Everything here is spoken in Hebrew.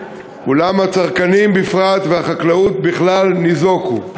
אולם הצרכנים בפרט והחקלאות בכלל ניזוקו.